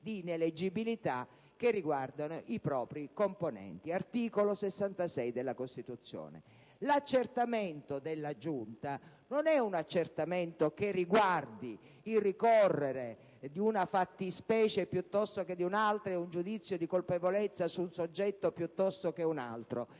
di ineleggibilità che riguardano i propri componenti. L'accertamento della Giunta non è un accertamento che riguardi il ricorrere di una fattispecie piuttosto che di un'altra e un giudizio di colpevolezza su un soggetto piuttosto che un altro: